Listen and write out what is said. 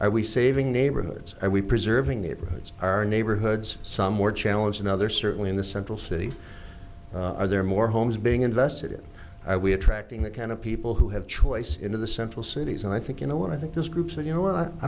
are we saving neighborhoods are we preserving neighborhoods our neighborhoods some more challenge another certainly in the central city are there more homes being invested i we attracting the kind of people who have choice in the central cities and i think you know when i think those groups that you know